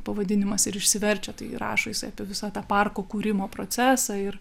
pavadinimas ir išsiverčia tai rašo jisai apie visą tą parko kūrimo procesą ir